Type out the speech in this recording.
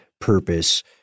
purpose